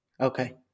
Okay